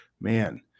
man